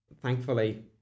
thankfully